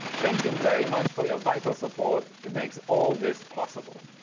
thank you very much for your vital support! it makes all this possible!